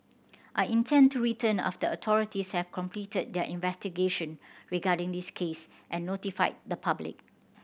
I intend to return after authorities have completed their investigation regarding this case and notified the public